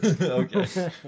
Okay